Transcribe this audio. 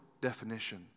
definition